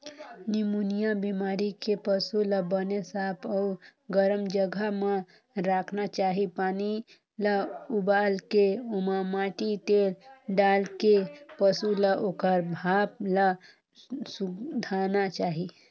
pneumonia बेमारी के पसू ल बने साफ अउ गरम जघा म राखना चाही, पानी ल उबालके ओमा माटी तेल डालके पसू ल ओखर भाप ल सूंधाना चाही